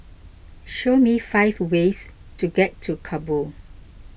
show me five ways to get to Kabul